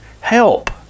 help